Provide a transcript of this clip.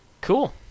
cool